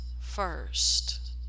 first